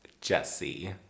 Jesse